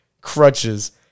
crutches